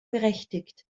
berechtigt